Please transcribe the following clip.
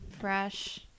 fresh